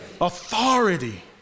Authority